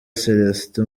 celestin